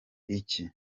iki